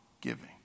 giving